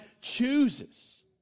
chooses